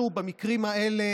סילמן.